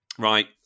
Right